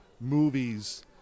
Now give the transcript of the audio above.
movies